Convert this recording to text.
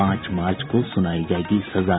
पांच मार्च को सुनाई जायेगी सजा